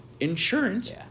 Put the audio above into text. insurance